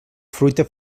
fruita